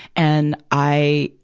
and i,